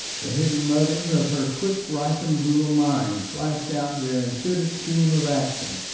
the hidden motives of her quick ripened little mind flashed out their intuitive scheme of action.